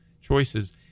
choices